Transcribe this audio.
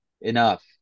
enough